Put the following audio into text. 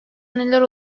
neler